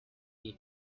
you